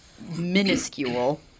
minuscule